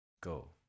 Go